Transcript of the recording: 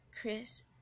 Chris